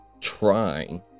trying